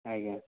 ଆଜ୍ଞା